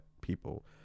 people